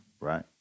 right